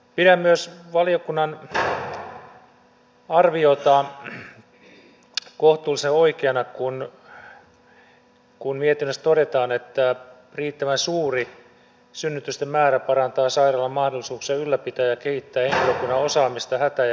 pidän myös valiokunnan arviota kohtuullisen oikeana kun mietinnössä todetaan että riittävän suuri synnytysten määrä parantaa sairaalan mahdollisuuksia ylläpitää ja kehittää henkilökunnan osaamista hätä ja erityistilanteissa